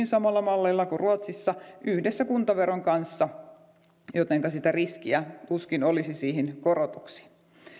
samalla mallilla kuin ruotsissa yhdessä kuntaveron kanssa joten sitä riskiä tuskin olisi niihin korotuksiin